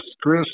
Chris –